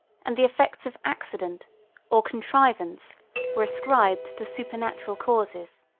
and the effects of accident or contrivance were ascribed to supernatural causes.